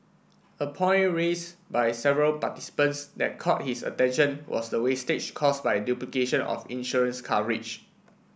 a point raise by several participants that caught his attention was the wastage caused by duplication of insurance coverage